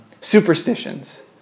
superstitions